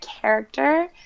character